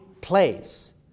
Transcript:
place